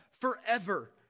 forever